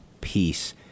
peace